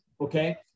okay